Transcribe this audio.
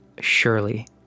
surely